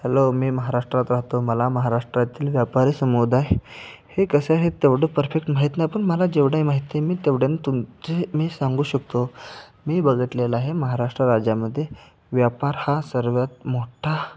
hello मी महाराष्ट्रात राहतो मला महाराष्ट्रातील व्यापारी समुदाय हे कसं आहे तेवढं परफेक्ट माहीत नाही पण मला जेवढंही माहिती आहे मी तेवढ्या तुमचे मी सांगू शकतो मी बघितलेलं आहे महाराष्ट्र राज्यामध्ये व्यापार हा सर्वात मोठा